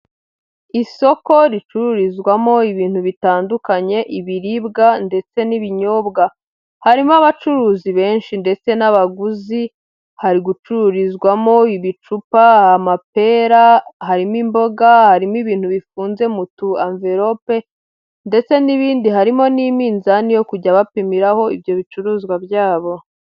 Isoko ricururizwamo ibintu bitandukanye ibiribwa ndetse n'ibinyobwa, harimo abacuruzi benshi ndetse n'abaguzi, hari gucururizwamo ibicupa, amapera, harimo imboga, harimo ibintu bifunze mu tu amverope ndetse n'ibindi, harimo n'iminzani yo kujya bapimiraho ibyo bicuruzwa byabo.